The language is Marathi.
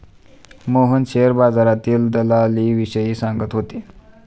मोहन शेअर बाजारातील दलालीविषयी सांगत होते